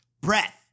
breath